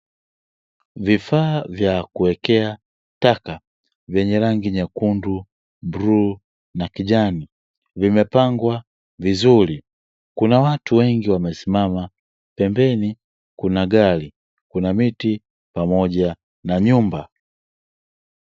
Vifaa vya kuwekea taka vyenye rangi nyekundu, bluu na kijani, vimepangwa vizuri. Kuna watu wengi wamesimama, pembeni kuna gari, kuna miti pamoja na nyumba.